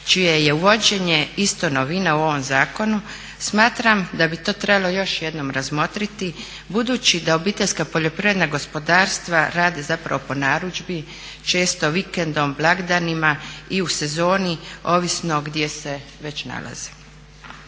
čije je uvođenje isto novina u ovom zakonu, smatram da bi to trebalo još jednom razmotriti budući da obiteljska poljoprivredna gospodarstva rade zapravo po narudžbi, često vikendom, blagdanima, i u sezoni ovisno gdje se već nalaze.